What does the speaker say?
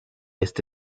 esta